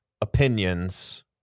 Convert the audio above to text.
opinions